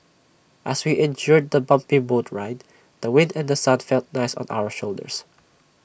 as we endured the bumpy boat ride the wind and sun felt nice on our shoulders